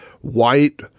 white